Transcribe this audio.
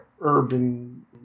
urban